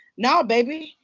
no, baby.